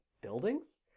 buildings